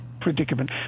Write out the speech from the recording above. predicament